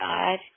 God